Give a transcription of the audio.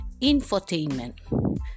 Infotainment